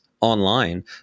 Online